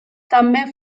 també